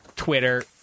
twitter